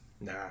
Nah